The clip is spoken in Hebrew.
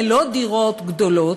ואלה לא דירות גדולות,